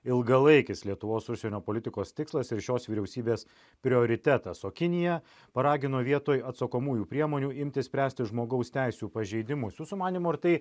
ilgalaikis lietuvos užsienio politikos tikslas ir šios vyriausybės prioritetas o kinija paragino vietoj atsakomųjų priemonių imtis spręsti žmogaus teisių pažeidimus jūsų manymu ar tai